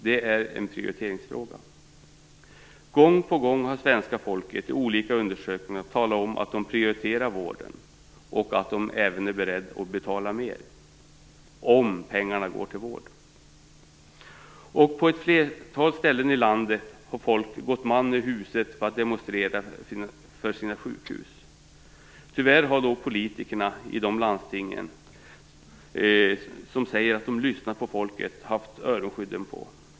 Det är en prioriteringsfråga. Gång på gång har svenska folket i olika undersökningar talat om att man prioriterar vården och att man även är beredd att betala mer, om pengarna går till vård. På ett flertal ställen i landet har folk gått man ur huse för att demonstrera för sina sjukhus. Tyvärr har de landstingspolitiker som säger att de lyssnar på folket haft öronskydden på.